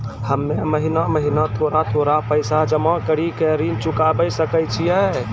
हम्मे महीना महीना थोड़ा थोड़ा पैसा जमा कड़ी के ऋण चुकाबै सकय छियै?